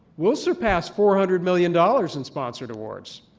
we'll surpass four hundred million dollars in sponsored awards.